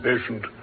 patient